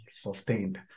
sustained